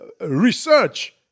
research